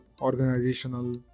organizational